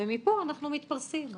ומפה אנחנו מתפרסים.